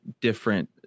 different